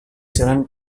jalan